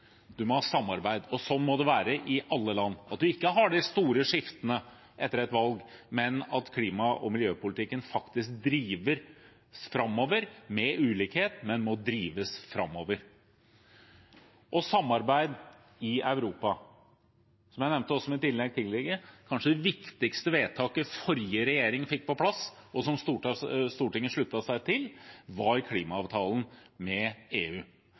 må ha samarbeid, og sånn må det være i alle land, og at man ikke har de store skiftene etter et valg, men at klima- og miljøpolitikken faktisk drives framover – med ulikhet, men det må drives framover. Samarbeid i Europa: Som jeg også nevnte i mitt innlegg tidligere, var det kanskje viktigste vedtaket forrige regjering fikk på plass, og som Stortinget sluttet seg til, klimaavtalen med EU.